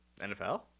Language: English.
NFL